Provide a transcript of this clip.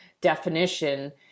definition